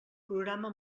programa